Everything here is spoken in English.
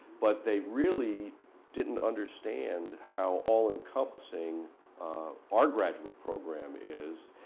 but they really didn't understand how all-encompassing our graduate program is.